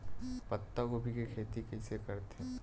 पत्तागोभी के खेती कइसे करथे?